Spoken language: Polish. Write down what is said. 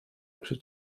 przed